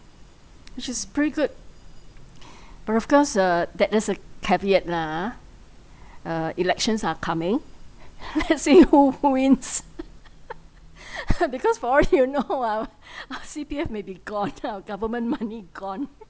which is pretty good but of course uh that is a caveat lah ah uh elections are coming let's see who who wins because for all you know our our C_P_F maybe gone our government money gone